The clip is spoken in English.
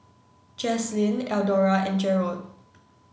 Jazlene Eldora and Jerold